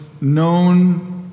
known